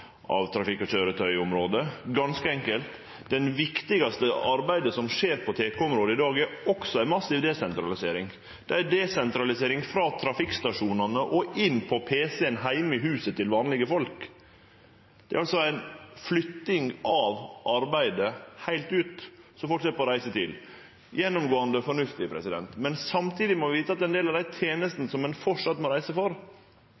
trafikk- og køyretøyområdet. Ganske enkelt: Det viktigaste arbeidet som skjer på TK-området i dag, er også ei massiv desentralisering. Det er ei desentralisering frå trafikkstasjonane og inn på pc-en heime i huset til vanlege folk. Det er altså ei flytting av arbeidet heilt ut, så folk slepp å reise – gjennomgåande fornuftig. Men samtidig må vi vite at ein del av dei tenestene som ein framleis må reise for,